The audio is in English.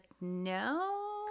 no